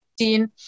15